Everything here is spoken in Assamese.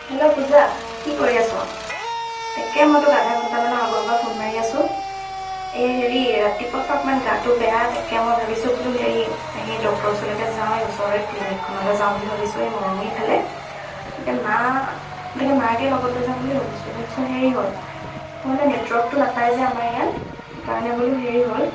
হেল্ল' পূজা কি কৰি আছ' তাকে মই তোক আধা ঘণ্টামানৰ আগৰপৰা ফোন মাৰি আছোঁ এই হেৰি ৰাতিপুৱা পা অকণমান গাটো বেয়া তাকে মই ভাবিছোঁ বোলো হেৰি হেৰি ডক্টৰ ওচৰলৈকে যাওঁ এই ওচৰৰে ক্লিনিকখনলৈ যাওঁ বুলি ভাবিছোঁ এই মৰঙি ফালে তাকে মা তাকে মাকে লগত লৈ যাওঁ বুলি ভাবিছোঁ তাৰপিছত হেৰি হ'ল মই মানে নেটৱৰ্কটো নাপায় যে আমাৰ ইয়াত সেইকাৰণে বোলো হেৰি হ'ল